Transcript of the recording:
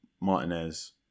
Martinez